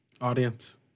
Audience